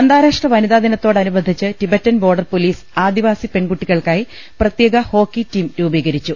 അന്താരാഷ്ട്ര വനിതാ ദിനത്തോടനുബന്ധിച്ച് ടിബറ്റൻ ബോർഡർ പൊലീസ് ആദിവാസി പെൺകുട്ടികൾക്കായി പ്രത്യേക ഹോക്കി ടീം രൂപീകരിച്ചു